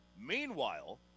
Meanwhile